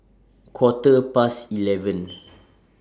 Quarter Past eleven